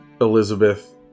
Elizabeth